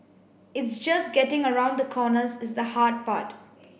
it's just getting around the corners is the hard part